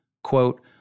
Quote